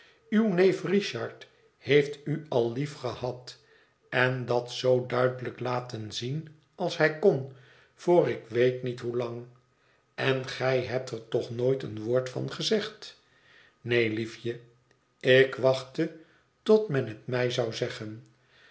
uw neef richard heeft u al liefgehad en dat zoo duidelijk laten zien als hij kon voor ik weet niet hoelang i en gij hebt er toch nooit èen woord van gezegd neen liefje ik wachtte tot men het mij zou zeggen